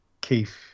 Keith